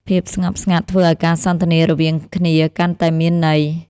ភាពស្ងប់ស្ងាត់ធ្វើឱ្យការសន្ទនារវាងគ្នាកាន់តែមានន័យ។